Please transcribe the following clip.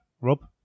Rob